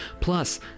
Plus